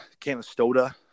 Canastota